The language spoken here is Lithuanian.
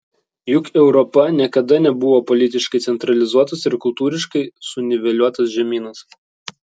juk europa niekada nebuvo politiškai centralizuotas ir kultūriškai suniveliuotas žemynas